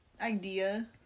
idea